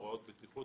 הוראות בטיחות,